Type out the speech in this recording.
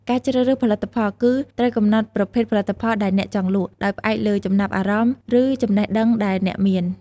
ការជ្រើសរើសផលិតផលគឺ ត្រូវកំណត់ប្រភេទផលិតផលដែលអ្នកចង់លក់ ដោយផ្អែកលើចំណាប់អារម្មណ៍ ឬចំណេះដឹងដែលអ្នកមាន។